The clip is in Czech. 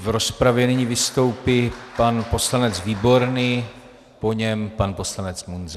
V rozpravě nyní vystoupí pan poslanec Výborný, po něm pan poslanec Munzar.